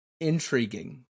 intriguing